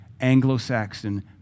Anglo-Saxon